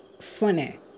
funny